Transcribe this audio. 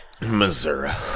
Missouri